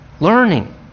Learning